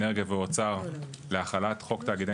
האנרגיה והאוצר להחלת חוק תאגידי